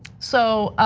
so